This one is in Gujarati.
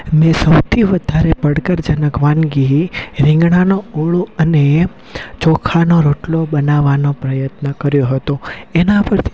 મેં સૌથી વધારે પડકારજનક વાનગી રીંગણાનો ઓળો અને ચોખાનો રોટલો બનાવવાનો પ્રયત્ન કર્યો હતો એના પરથી